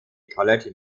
college